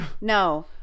no